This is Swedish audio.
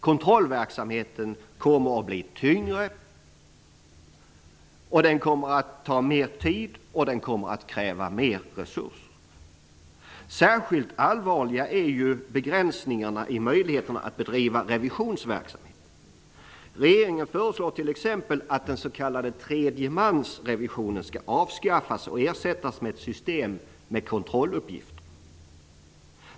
Kontrollverksamheten kommer att bli tyngre, ta mer tid och mer resurser. Särskilt allvarliga är begränsningarna i möjligheterna att bedriva revisionsverksamhet. Regeringen föreslår t.ex. att den s.k. tredjemansrevisionen skall avskaffas och ersättas med ett system med kontrolluppgifter.